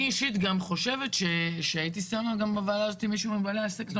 אני אישית גם חושבת שהייתי שמה גם בוועדה הזאת מישהו מבעלי העסקים,